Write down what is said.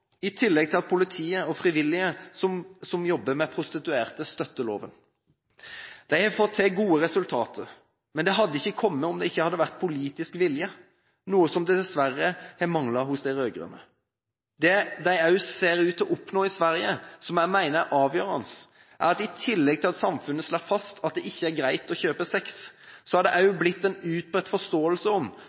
i tillegg til at politiet og frivillige som jobber med de prostituerte, støtter loven. De har fått til gode resultater, men det hadde ikke kommet om det ikke hadde vært politisk vilje – noe som dessverre har manglet hos de rød-grønne. Det de også ser ut til å oppnå i Sverige, som jeg mener er avgjørende, er at i tillegg til at samfunnet slår fast at det ikke er greit å kjøpe sex, er det også blitt en utbredt forståelse